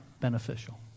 beneficial